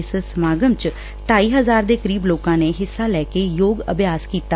ਇਸ ਸਮਾਗਮ ਚ ਢਾਈ ਹਜ਼ਾਰ ਦੇ ਕਰੀਬ ਲੋਕਾ ਨੇ ਹਿੱਸਾ ੱ ਲੈ ਕੇ ਯੋਗ ਅਭਿਆਸ ਕੀਤਾ